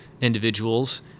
individuals